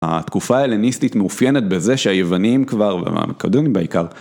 התקופה ההלניסטית מאופיינת בזה שהיוונים כבר, המקדונים בעיקר.